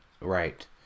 Right